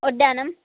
వడ్డానం